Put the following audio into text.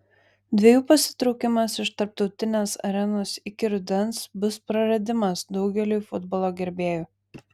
dviejų pasitraukimas iš tarptautinės arenos iki rudens bus praradimas daugeliui futbolo gerbėjų